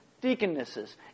Deaconesses